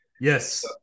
Yes